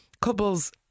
couples